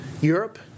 Europe